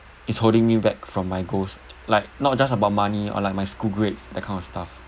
is holding me back from my goals like not just about money or like my school grades that kind of stuff